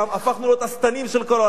הפכנו להיות השטנים של כל העולם.